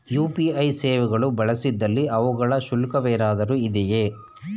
UPI ಸೇವೆಗಳು ಬಳಸಿದಲ್ಲಿ ಅವುಗಳಿಗೆ ಶುಲ್ಕವೇನಾದರೂ ಇದೆಯೇ?